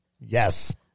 Yes